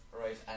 Right